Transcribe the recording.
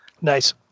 Nice